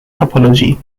topology